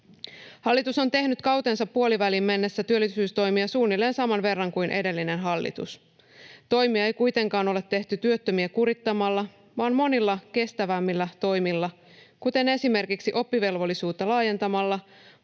Hallitus on tehnyt kautensa puoliväliin mennessä työllisyystoimia suunnilleen saman verran kuin edellinen hallitus. Toimia ei kuitenkaan ole tehty työttömiä kurittamalla vaan monilla kestävämmillä toimilla, kuten esimerkiksi oppivelvollisuutta laajentamalla,